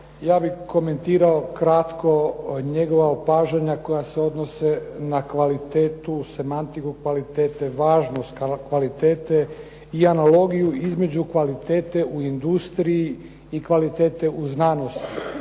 Ja bih komentirao kratko njegova opažana koja se odnose na kvalitetu, semantiku kvalitete, važnost kvalitete i analogiju između kvalitete u industriju i kvalitete u znanosti